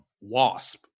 wasp